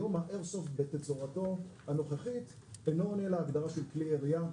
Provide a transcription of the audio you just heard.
היום האיירסופט בתצורתו הנוכחית אינו עונה להגדרה של כלי ירייה,